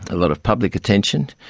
a lot of public attention,